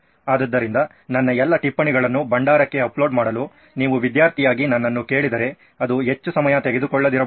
ಆದ್ದರಿಂದ ನನ್ನ ಎಲ್ಲಾ ಟಿಪ್ಪಣಿಗಳನ್ನು ಭಂಡಾರಕ್ಕೆ ಅಪ್ಲೋಡ್ ಮಾಡಲು ನೀವು ವಿದ್ಯಾರ್ಥಿಯಾಗಿ ನನ್ನನ್ನು ಕೇಳಿದರೆ ಅದು ಹೆಚ್ಚು ಸಮಯ ತೆಗೆದುಕೊಳ್ಳದಿರಬಹುದು